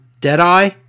Deadeye